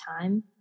time